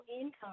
income